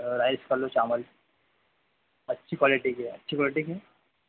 rice कर लो चावल अच्छी क्वालिटी की अच्छी क्वालिटी की है